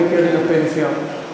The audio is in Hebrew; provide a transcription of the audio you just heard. לקרן הפנסיה,